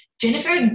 Jennifer